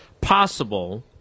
possible